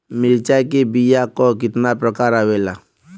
मिर्चा के बीया क कितना प्रकार आवेला?